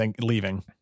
leaving